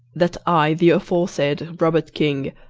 that i the aforesaid robert king,